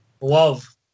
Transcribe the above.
love